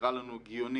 שנראה לנו הגיוני,